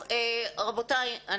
רבותיי,